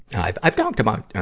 and i've, i've talked about,